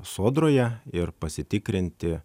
sodroje ir pasitikrinti